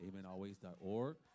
amenalways.org